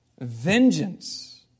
vengeance